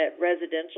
residential